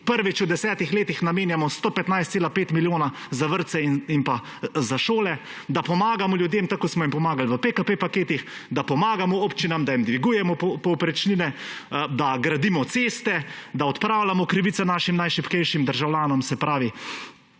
Prvič v desetih letih namenjamo 115,5 milijona za vrtce in za šole, da pomagamo ljudem, tako kot smo jim pomagali v PKP-paketih, da pomagamo občinam, da jim dvigujemo povprečnine, da gradimo ceste, da odpravljamo krivice našim najšibkejšim državljanom, se pravi